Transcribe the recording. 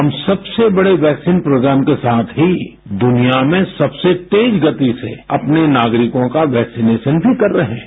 हम सबसे बड़े वैक्सीन प्रोग्राम के साथ ही दुनिया में सबसे तेज गति से अपने नागरिकों का वैक्सीनेश भी कर रहे हैं